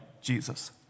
Jesus